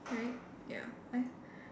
right ya I